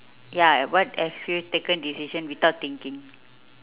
ya at what have you taken decision without thinking